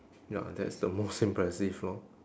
ya that's the most impressive lor